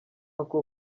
uncle